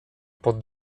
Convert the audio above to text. pod